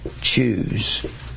choose